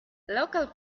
local